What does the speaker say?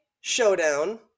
showdown